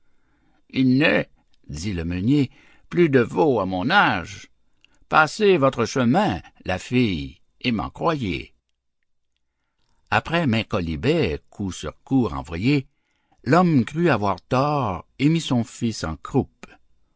il n'est dit le meunier plus de veaux à mon âge passez votre chemin la fille et m'en croyez après maints quolibets coup sur coup renvoyés l'homme crut avoir tort et mit son fils en croupe